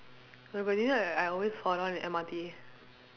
but but did you know I always fall down in M_R_T